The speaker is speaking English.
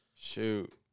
Shoot